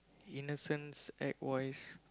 innocence act wise